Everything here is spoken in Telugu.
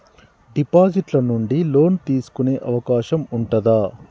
డిపాజిట్ ల నుండి లోన్ తీసుకునే అవకాశం ఉంటదా?